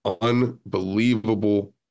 unbelievable